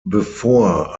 bevor